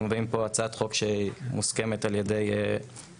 מביאים פה הצעת חוק שמוסכמת על ידי הממשלה.